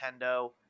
nintendo